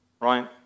Right